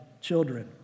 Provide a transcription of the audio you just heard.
children